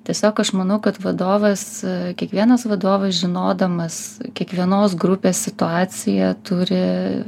tiesiog aš manau kad vadovas kiekvienas vadovas žinodamas kiekvienos grupės situaciją turi